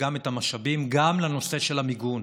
וגם את המשאבים גם לנושא של המיגון.